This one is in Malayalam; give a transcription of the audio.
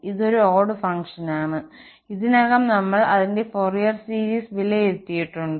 ഇതൊരു ഓഡ്ഡ് ഫങ്ക്ഷനാണ് ഇതിനകം നമ്മൾ അതിന്റെ ഫോറിയർ സീരീസ് വിലയിരുത്തിയിട്ടുണ്ട്